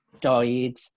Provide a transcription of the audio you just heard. died